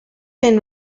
been